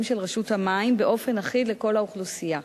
של רשות המים באופן אחיד לכל האוכלוסייה.